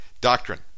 doctrine